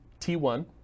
T1